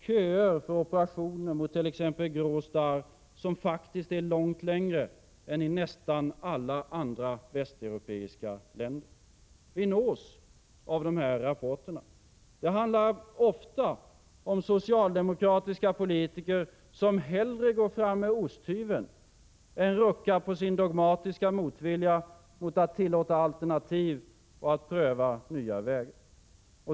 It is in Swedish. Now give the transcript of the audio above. Köerna för operationer mot t.ex. grå starr är faktiskt vida längre än i nästan alla andra västeuropeiska länder. Vi nås av de här rapporterna. Det handlar ofta om socialdemokratiska politiker som hellre går fram med osthyveln än ruckar på sin dogmatiska motvilja mot att tillåta alternativ och pröva nya vägar.